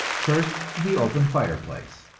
first, the open fireplace.